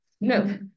no